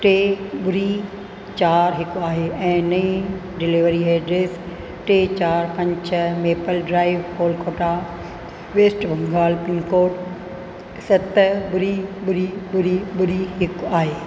टे ॿुड़ी चारि हिकु आहे ऐं नई डिलेवरी एड्रस टे चारि पंज छह मेपक drive Kolkata West Bengal pin code सत ॿुड़ी ॿुड़ी ॿुड़ी ॿुड़ी हिकु आहे